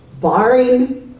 barring